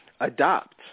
adopt